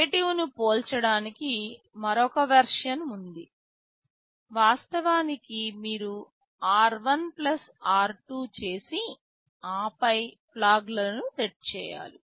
negative ను పోల్చడానికి మరొక వెర్షన్ ఉంది వాస్తవానికి మీరు r1 r2 చేసి ఆపై ఫ్లాగ్ లను సెట్ చేయాలి